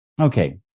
Okay